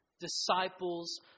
disciples